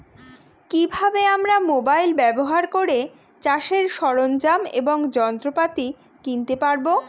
কি ভাবে আমরা মোবাইল ব্যাবহার করে চাষের সরঞ্জাম এবং যন্ত্রপাতি কিনতে পারবো?